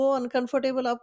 uncomfortable